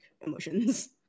emotions